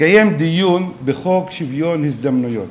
התקיים דיון בחוק שוויון הזדמנויות,